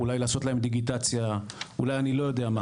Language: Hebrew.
אולי לעשות להם דיגיטציה, אולי אני לא יודע מה.